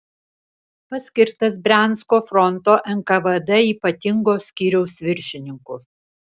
paskirtas briansko fronto nkvd ypatingo skyriaus viršininku